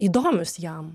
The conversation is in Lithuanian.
įdomius jam